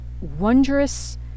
wondrous